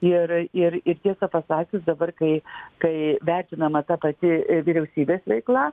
ir ir ir tiesą pasakius dabar kai kai vertinama ta pati vyriausybės veikla